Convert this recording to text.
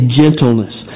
gentleness